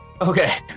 Okay